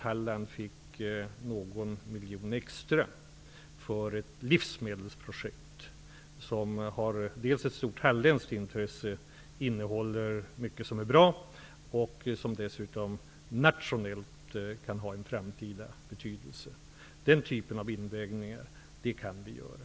Halland fick någon miljon extra för ett livsmedelsprojekt som har stort halländskt intresse och innehåller mycket som är bra och som dessutom kan ha en framtida betydelse nationellt. Den typen av avvägningar kan vi göra.